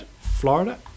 Florida